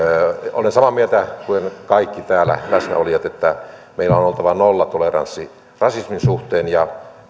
olen samaa mieltä kuin kaikki täällä läsnäolijat että meillä on oltava nollatoleranssi rasismin suhteen ja